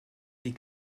des